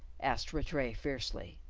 asked rattray fiercely.